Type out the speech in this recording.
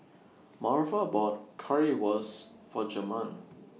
Marva bought Currywurst For Jermain